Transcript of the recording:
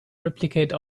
replicate